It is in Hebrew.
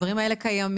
הדברים האלה קיימים.